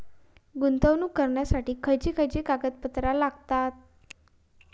गुंतवणूक करण्यासाठी खयची खयची कागदपत्रा लागतात?